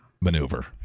maneuver